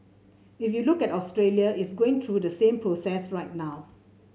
if you look at Australia it's going through the same process right now